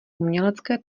umělecké